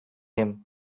him